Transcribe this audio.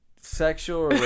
Sexual